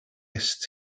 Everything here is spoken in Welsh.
est